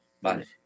Vale